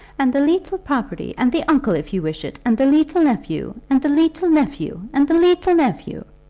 and the leetle property, and the uncle, if you wish it and the leetle nephew and the leetle nephew and the leetle nephew!